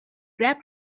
grab